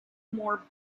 more